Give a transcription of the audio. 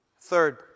Third